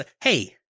Hey